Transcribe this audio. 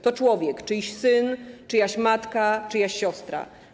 To człowiek, czyjś syn, czyjaś matka, czyjaś siostra.